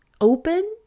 open